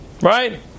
Right